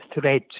threat